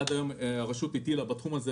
עד היום הרשות הטילה בתחום הזה